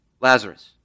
Lazarus